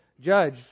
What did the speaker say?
Judge